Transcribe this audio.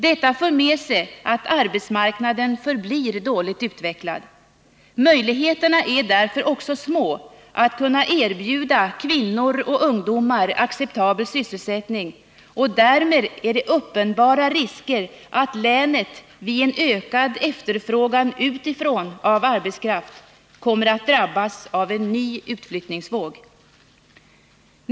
Detta för med sig att arbetsmarknaden förblir dåligt utvecklad. Därför är möjligheterna också små att kunna erbjuda ungdomar och kvinnor acceptabel sysselsättning, och därmed är det en uppenbar risk att länet vid en ökad efterfrågan utifrån på arbetskraft kommer att drabbas av en ny utflyttningsvåg.